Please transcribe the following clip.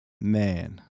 Man